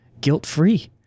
guilt-free